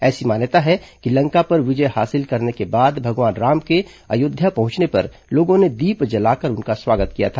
ऐसी मान्यता है कि लंका पर विजय हासिल करने के बाद भगवान राम के अयोध्या पहुंचने पर लोगों ने दीप जलाकर उनका स्वागत किया था